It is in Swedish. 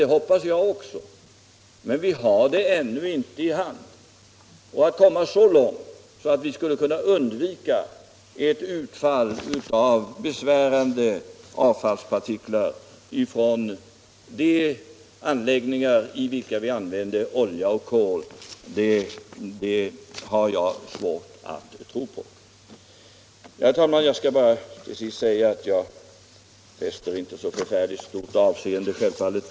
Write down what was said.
Det hoppas jag också, men vi har ännu inte detta i hamn och jag har svårt att tro på att vi skulle komma så långt att vi skulle kunna undvika ett utfall av besvärande avfallspartiklar från de anläggningar i vilka vi Herr talman! Jag skall bara till sist säga att jag självfallet inte fäster Torsdagen den så förfärligt stort avseende vid tidningsreferaten.